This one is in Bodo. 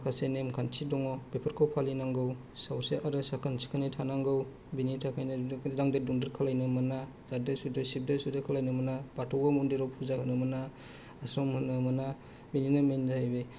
माखासे नेमखान्थि दङ बेफोरखौ फालिनांगौ सावस्रि आरो साखोन सिखोनै थानांगौ बिनि थाखायनो दांदेर दुंदेर खालायनो मोना जादेर सिबदेर सुदेर खालायनो मोना बाथौयाव मन्दिराव फुजा होनो मोना हासुं मोना बिनिनो मेन जाहोना जाहैबाय